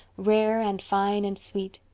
rare and fine and sweet.